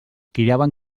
criaven